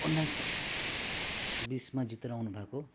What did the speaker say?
उन्नाइस बिसमा जितेर आउनु भएको